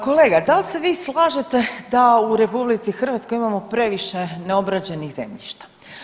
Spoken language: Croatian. Kolega da li se vi slažete da u RH imamo previše neobrađenih zemljišta?